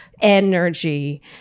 energy